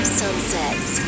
sunsets